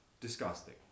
Disgusting